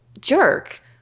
jerk